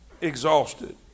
exhausted